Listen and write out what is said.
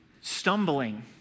stumbling